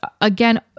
again